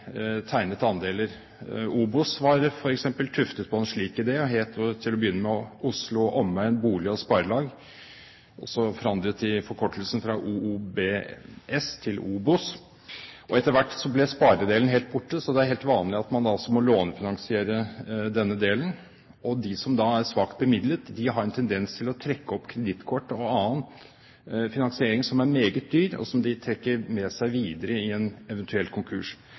tegnet andeler. OBOS var f.eks. tuftet på en slik idé. Det het til å begynne med Oslo og Omegn Bolig og Sparelag. Så forandret de forkortelsen fra OOBS til OBOS. Etter hvert ble sparedelen helt borte. Så det er helt vanlig at man må lånefinansiere denne delen. De som da er svakt bemidlet, har en tendens til å trekke opp kredittkort og annen finansiering som er meget dyr, og som de trekker med seg videre i en eventuell konkurs.